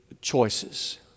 choices